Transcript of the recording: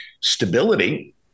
stability